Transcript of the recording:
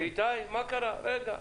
איתי, רגע.